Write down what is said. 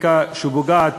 חקיקה שפוגעת